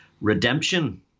Redemption